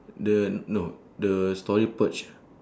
the no the story purge